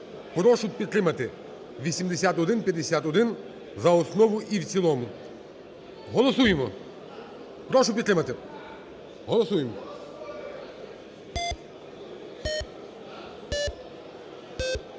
прошу підтримати 8151 за основу і в цілому. Голосуємо. Прошу підтримати, голосуємо.